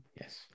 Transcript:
yes